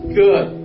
good